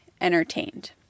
entertained